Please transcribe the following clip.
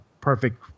perfect –